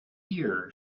years